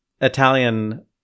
Italian